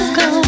go